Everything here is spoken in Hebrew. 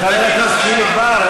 חבר הכנסת חיליק בר,